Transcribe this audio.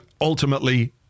ultimately